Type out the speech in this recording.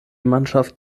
mannschaft